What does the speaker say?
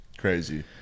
Crazy